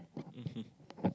mmhmm